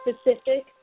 specific